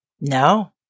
no